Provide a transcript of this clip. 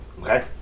Okay